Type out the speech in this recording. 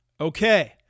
Okay